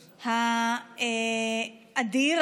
האדיר,